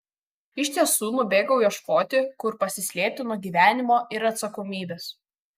iš tiesų nubėgau ieškoti kur pasislėpti nuo gyvenimo ir atsakomybės